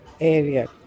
area